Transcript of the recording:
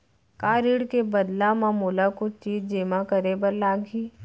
का ऋण के बदला म मोला कुछ चीज जेमा करे बर लागही?